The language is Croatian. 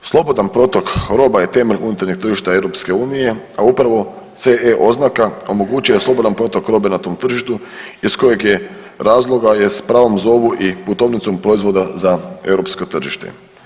Slobodan protok roba je temelj unutarnjeg tržišta Europske unije a upravo CE oznaka omogućuje slobodan protok robe na tom tržištu iz kojeg je razloga je s prvom zovu i putovnicom proizvoda za europsko tržište.